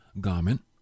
garment